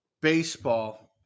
baseball